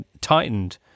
tightened